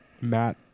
Matt